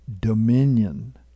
dominion